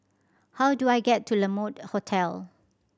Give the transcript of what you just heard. how do I get to La Mode Hotel